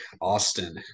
Austin